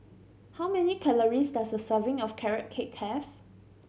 how many calories does a serving of Carrot Cake have